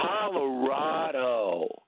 Colorado